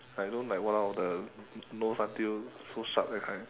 like don't like !walao! the nose until so sharp that kind